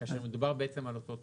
כאשר מדובר בעצם על אותו התחום.